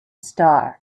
star